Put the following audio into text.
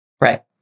right